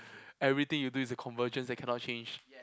everything you do is a convergence that cannot change